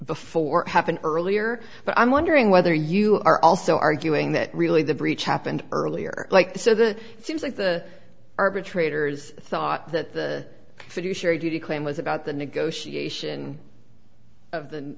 before it happened earlier but i'm wondering whether you are also arguing that really the breach happened earlier like so the it seems like the arbitrators thought that the fiduciary duty claim was about the negotiation of the